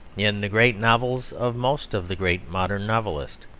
in the great novels of most of the great modern novelists.